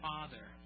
Father